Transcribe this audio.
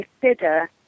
consider